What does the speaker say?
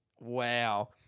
Wow